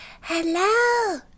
Hello